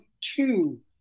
two